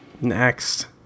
Next